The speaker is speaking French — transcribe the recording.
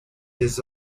des